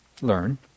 learn